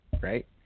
right